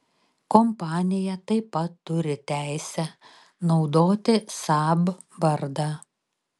kompanija taip pat turi teisę naudoti saab vardą